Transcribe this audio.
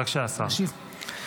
בבקשה, השר.